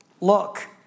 Look